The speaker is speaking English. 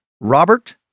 Robert